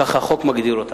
כך החוק מגדיר אותה.